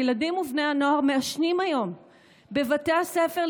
הילדים ובני הנוער מעשנים היום בבתי הספר,